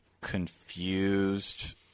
confused